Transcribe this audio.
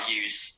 use